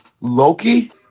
Loki